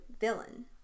villain